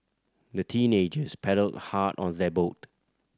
the teenagers paddled hard on their boat